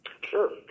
Sure